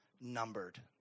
numbered